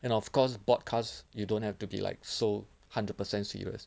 and of course broadcast you don't have to be like so hundred percent serious